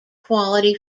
quality